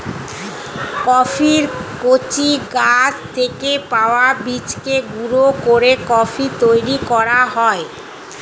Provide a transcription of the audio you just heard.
কফির কচি গাছ থেকে পাওয়া বীজকে গুঁড়ো করে কফি তৈরি করা হয়